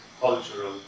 cultural